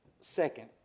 second